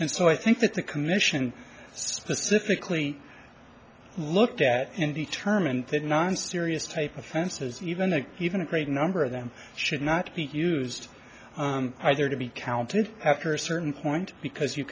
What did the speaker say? and so i think that the commission specifically look at indetermined non serious type offenses even to even a great number of them should not be used either to be counted after a certain point because you